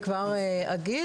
אני כבר אגיד.